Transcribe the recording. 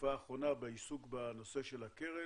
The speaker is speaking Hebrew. בתקופה האחרונה בעיסוק בנושא של הקרן,